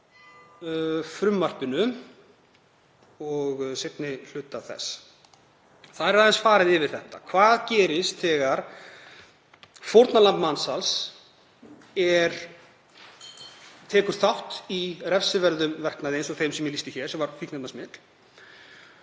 frumvarpinu og seinni hluta þess. Þar er aðeins farið yfir þetta. Hvað gerist þegar fórnarlamb mansals tekur þátt í refsiverðum verknaði eins og þeim sem ég lýsti hér, sem var fíkniefnasmygl?